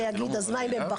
זה לא מובן מאליו?